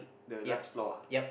the last floor ah